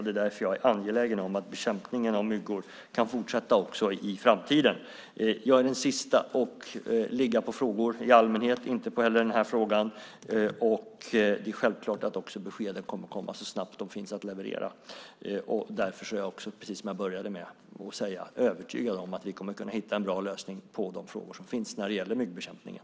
Det är därför jag är angelägen om att bekämpningen av myggor kan fortsätta också i framtiden. Jag är den sista att ligga på frågor i allmänhet, och jag tänker inte heller ligga på den här frågan. Det är självklart att beskeden kommer så snabbt de finns att leverera. Därför är jag, precis som jag började med att säga, övertygad om att vi kommer att hitta en bra lösning på de problem som finns när det gäller myggbekämpningen.